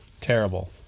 Terrible